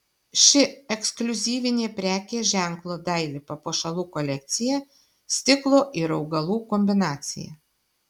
ši ekskliuzyvinė prekės ženklo daili papuošalų kolekcija stiklo ir augalų kombinacija